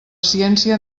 ciència